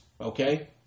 Okay